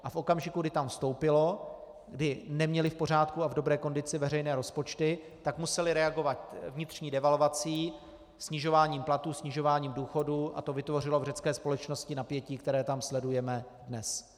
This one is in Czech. A v okamžiku, kdy tam vstoupilo, kdy neměli v pořádku a v dobré kondici veřejné rozpočty, tak museli reagovat vnitřní devalvací, snižováním platů, snižováním důchodů a to vytvořilo v řecké společnosti napětí, které tam sledujeme dnes.